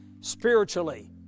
spiritually